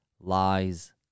lies